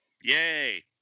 Yay